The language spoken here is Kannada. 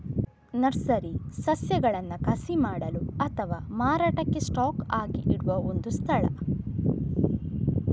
ನರ್ಸರಿ ಸಸ್ಯಗಳನ್ನ ಕಸಿ ಮಾಡಲು ಅಥವಾ ಮಾರಾಟಕ್ಕೆ ಸ್ಟಾಕ್ ಆಗಿ ಇಡುವ ಒಂದು ಸ್ಥಳ